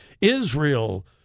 Israel